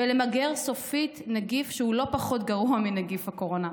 בלמגר סופית נגיף שהוא לא פחות גרוע מנגיף הקורונה,